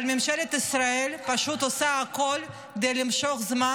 אבל ממשלת ישראל פשוט עושה הכול כדי למשוך זמן